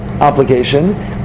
obligation